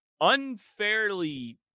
unfairly